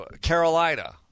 Carolina